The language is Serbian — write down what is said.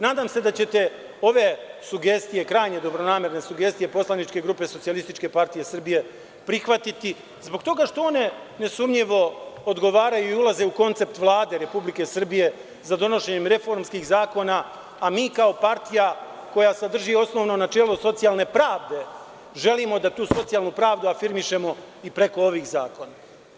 Nadam se da ćete ove sugestije, krajnje dobronamerne poslaničke grupe SPS prihvatiti, jer one odgovaraju i ulaze u koncept Vlade Republike Srbije za donošenje reformskih zakona, a mi kao partija koja sadrži osnovno načelo, socijalne pravde, želimo da tu socijalnu pravdu afirmišemo i preko ovih zakona.